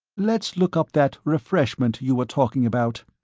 let's look up that refreshment you were talking about.